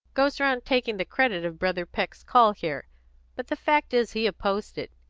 goes round taking the credit of brother peck's call here but the fact is he opposed it.